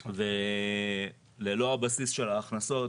ללא הבסיס של ההכנסות,